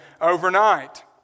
overnight